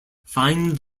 find